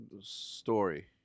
story